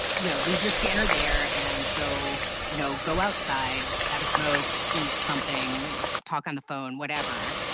you know, leave your scanner there and go you know, go outside, have a smoke, eat something, talk on the phone, whatever.